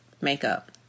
makeup